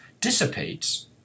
dissipates